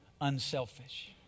Unselfish